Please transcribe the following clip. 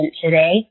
today